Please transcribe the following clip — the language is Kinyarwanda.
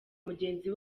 mugenzi